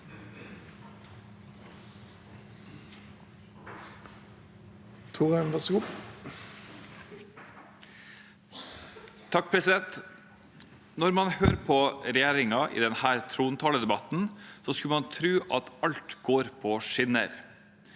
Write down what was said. Når man hø- rer på regjeringen i denne trontaledebatten, skulle man tro at alt går på skinner.